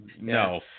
No